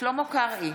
שלמה קרעי,